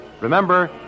Remember